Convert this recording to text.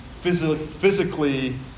physically